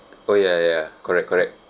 oh ya ya ya correct correct